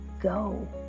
go